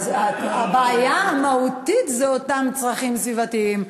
הבעיה המהותית היא אותם צרכים סביבתיים.